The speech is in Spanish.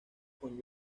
con